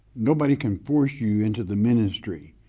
nobody can force you into the ministry.